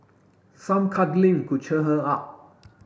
some cuddling could cheer her up